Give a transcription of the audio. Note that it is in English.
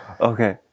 Okay